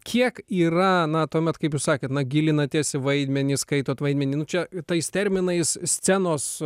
kiek yra na tuomet kaip jūs sakėt na gilinatės į vaidmenį skaitot vaidmenį nu čia tais terminais scenos